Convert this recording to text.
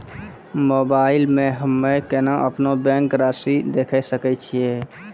Mobile मे हम्मय केना अपनो बैंक रासि देखय सकय छियै?